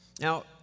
Now